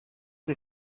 che